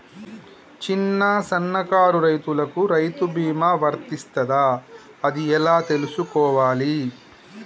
చిన్న సన్నకారు రైతులకు రైతు బీమా వర్తిస్తదా అది ఎలా తెలుసుకోవాలి?